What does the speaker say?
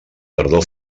tardor